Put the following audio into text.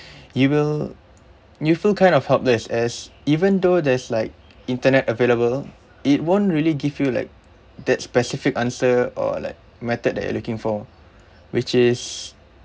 you will you feel kind of helpless as even though there's like internet available it won't really give you like that specific answer or like method that you're looking for which is